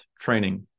training